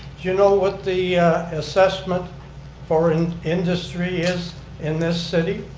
you know what the assessment for an industry is in this city?